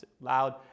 Loud